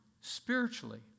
spiritually